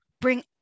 bring